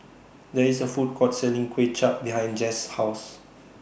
There IS A Food Court Selling Kuay Chap behind Jess' House